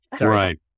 Right